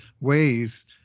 ways